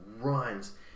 runs